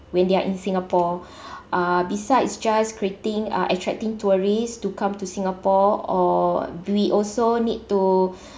when they're in singapore uh besides just creating uh attracting tourists to come to singapore or uh we also need to